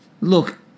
Look